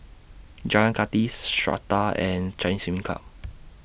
Jalan Kathi Strata and Chinese Swimming Club